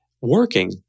working